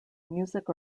music